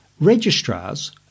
Registrars